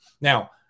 Now